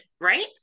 right